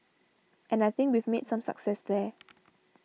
and I think we've made some success there